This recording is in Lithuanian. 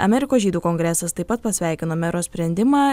amerikos žydų kongresas taip pat pasveikino mero sprendimą